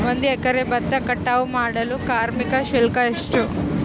ಒಂದು ಎಕರೆ ಭತ್ತ ಕಟಾವ್ ಮಾಡಲು ಕಾರ್ಮಿಕ ಶುಲ್ಕ ಎಷ್ಟು?